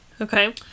Okay